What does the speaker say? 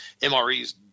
MREs